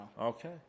Okay